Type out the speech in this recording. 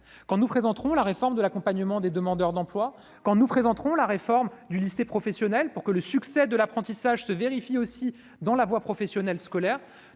des retraites, la réforme de l'accompagnement des demandeurs d'emploi ou encore la réforme du lycée professionnel, pour que le succès de l'apprentissage se vérifie aussi dans la voie professionnelle et scolaire.